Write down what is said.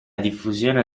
diffusione